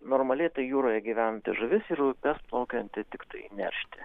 normaliai tai jūroje gyventi žuvis ir upe plaukianti tiktai nešti